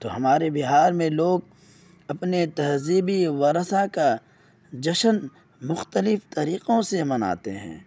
تو ہمارے بہار میں لوگ اپنے تہذیبی ورثہ کا جشن مختلف طریقوں سے مناتے ہیں